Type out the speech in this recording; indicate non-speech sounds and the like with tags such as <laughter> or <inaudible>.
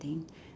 think <breath>